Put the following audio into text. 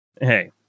hey